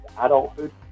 adulthood